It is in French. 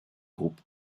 groupe